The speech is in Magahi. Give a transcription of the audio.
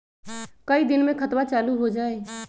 कई दिन मे खतबा चालु हो जाई?